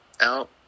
out